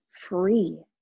free